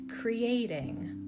creating